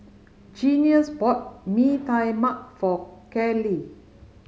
Junius bought Mee Tai Mak for Callie